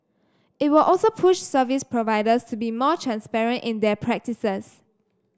it will also push service providers to be more transparent in their practices